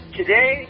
today